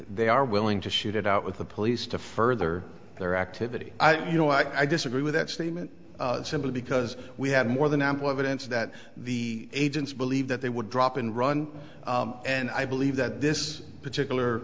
they are willing to shoot it out with the police to further their activity i don't you know i disagree with that statement simply because we have more than ample evidence that the agents believe that they would drop and run and i believe that this particular